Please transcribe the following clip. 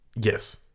Yes